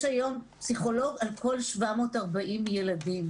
יש היום פסיכולוג על כל 740 ילדים.